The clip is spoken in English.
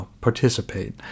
participate